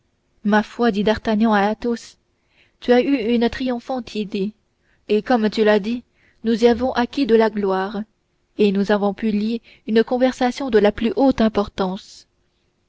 ma foi dit d'artagnan à athos tu as eu une triomphante idée et comme tu l'as dit nous y avons acquis de la gloire et nous avons pu lier une conversation de la plus haute importance